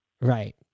Right